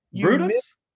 brutus